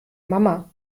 mama